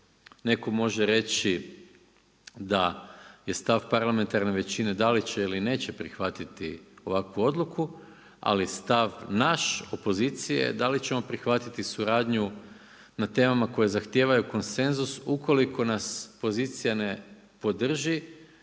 neko može reći da je stav parlamentarne većine da li će ili neće prihvatiti ovakvu odluku, ali stav naš opozicije je da li ćemo prihvatiti suradnju na temama koje zahtijevaju konsenzus ukoliko nas pozicija ne podrži